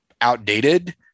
outdated